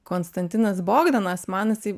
konstantinas bogdanas man jisai